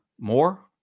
more